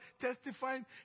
testifying